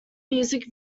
music